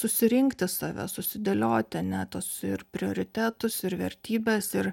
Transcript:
susirinkti save susidėlioti ane tuos ir prioritetus ir vertybes ir